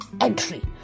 entry